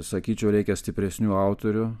sakyčiau reikia stipresnių autorių